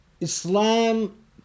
Islam